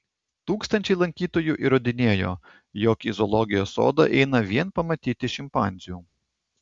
tūkstančiai lankytojų įrodinėjo jog į zoologijos sodą eina vien pamatyti šimpanzių